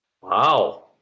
Wow